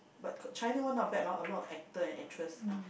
but China one not bad loh a lot actor and actress ah